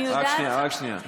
אני לא מפריע.